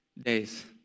days